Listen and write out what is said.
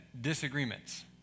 disagreements